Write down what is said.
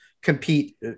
compete